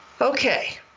Okay